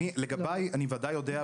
לגביי - אני ודאי יודע,